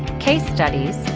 case studies,